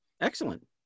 Excellent